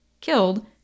killed